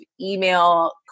email